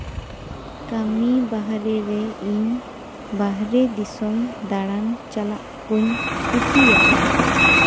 ᱠᱟᱹᱢᱤ ᱵᱟᱦᱨᱮ ᱨᱮ ᱤᱧ ᱵᱟᱦᱨᱮ ᱫᱤᱥᱚᱢ ᱫᱟᱬᱟᱱ ᱪᱟᱞᱟᱜ ᱠᱚᱧ ᱠᱩᱥᱤᱭᱟᱜᱼᱟ